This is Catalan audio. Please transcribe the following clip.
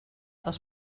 els